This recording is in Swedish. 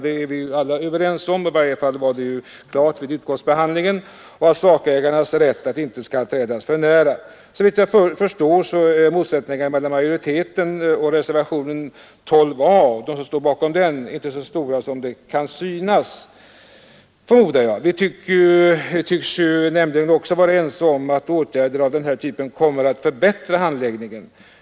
Det är vi alla överens om. I varje fall var det klart vid utskottsbehandlingen att sakägarnas rätt inte skall trädas för när. Såvitt jag förstår är motsättningarna mellan majoriteten och de som står bakom reservationen 12 a inte så stora som det först kan synas. Vi tycks nämligen också vara ense om att åtgärder av den här typen kommer att förbättra handläggningen.